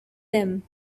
them